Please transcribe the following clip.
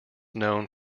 known